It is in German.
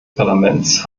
parlaments